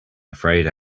afraid